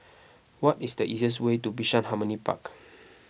what is the easiest way to Bishan Harmony Park